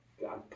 God